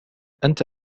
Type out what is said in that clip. أنت